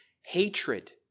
hatred